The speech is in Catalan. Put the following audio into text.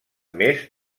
més